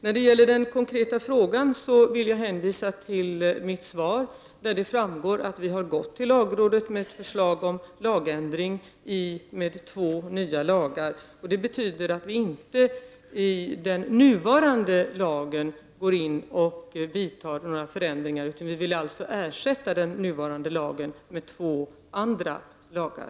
När det gäller den konkreta frågan så vill jag hänvisa till mitt svar, där det framgår att vi har förelagt lagrådet en lagändring, som skulle innebära två nya lagar. Detta innebär att vi inte går in i den nuvarande lagen och vidtar några ändringar. Vi vill alltså ersätta den nuvarande lagen med två andra lagar.